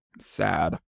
Sad